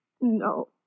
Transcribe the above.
No